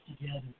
together